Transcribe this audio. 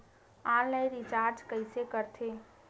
Online recharge कइसे करथे?